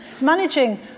Managing